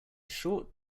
short